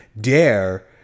dare